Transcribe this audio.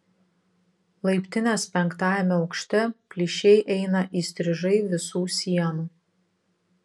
laiptinės penktajame aukšte plyšiai eina įstrižai visų sienų